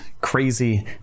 crazy